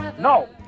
No